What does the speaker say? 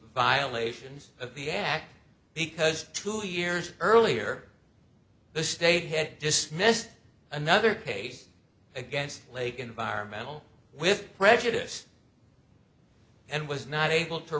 violations of the act because two years earlier the state had dismissed another case against lake environmental with prejudice and was not able to